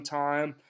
time